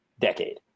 decade